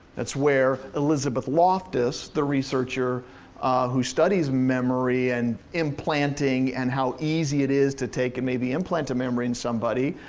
that's where elizabeth loftus, the researcher who studies memory and implanting and how easy it is to take and maybe implant a memory in somebody,